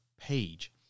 page